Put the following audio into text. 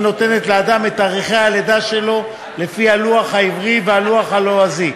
נותנת לאדם את תאריכי הלידה שלו לפי הלוח העברי והלוח הלועזי,